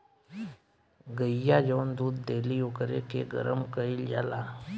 गइया जवन दूध देली ओकरे के गरम कईल जाला